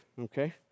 okay